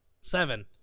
Seven